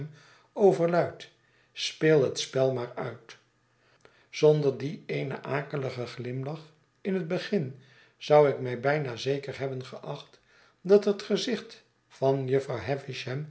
overluid speei net spel maar uit zonder dien eenen akeligen gliriilach in het begin zou ik my b'yna zeker hebben geaeht dat het gezicht vaa jufvrouw